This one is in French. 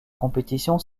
compétition